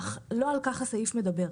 אך לא על כך הסעיף מדבר.